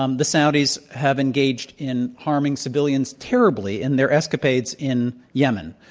um the saudis have engaged in harming civilians terribly in their escapades in yemen,